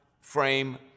frame